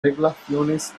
regulaciones